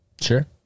Sure